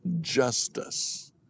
justice